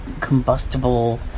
combustible